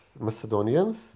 Macedonians